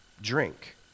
drink